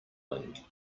wind